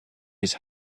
his